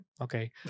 Okay